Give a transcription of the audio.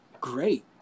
great